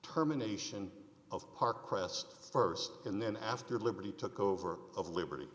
terminations of park crests st and then after liberty took over of liberty